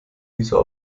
dieser